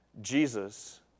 Jesus